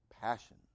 Passion